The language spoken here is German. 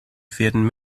werden